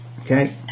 Okay